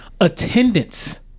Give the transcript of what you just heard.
Attendance